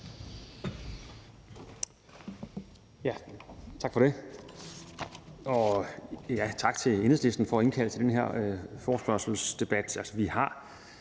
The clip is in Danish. Tak for det. Og tak til Enhedslisten for at indkalde til den her forespørgselsdebat.